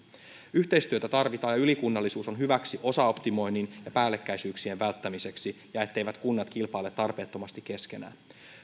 yhteistyötä tarvitaan ja ylikunnallisuus on hyväksi osaoptimoinnin ja päällekkäisyyksien välttämiseksi ja etteivät kunnat kilpaile tarpeettomasti keskenään